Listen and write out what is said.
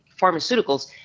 pharmaceuticals